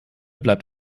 bleibt